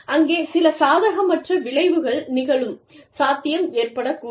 அங்கே சில சாதகமற்ற விளைவுகள் நிகழும் சாத்தியம் ஏற்படக்கூடும்